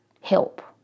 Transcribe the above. Help